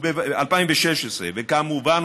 וכמובן,